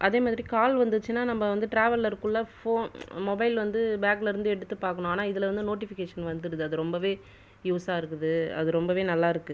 அதே மாதிரி கால் வந்துச்சுனா நம்ம வந்து டிராவல்ல இருக்ககுள்ள போன் மொபைல் வந்து பேக்லேருந்து எடுத்துட்டுப் பார்க்கணும் ஆனால் இதில் வந்து நோட்டிஃபிகேசன் வந்துடுது அது ரொம்பவே யூஸா இருக்குது அது ரொம்பவே நல்லா இருக்குது